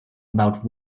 about